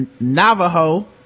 Navajo